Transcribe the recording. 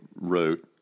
wrote